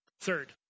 third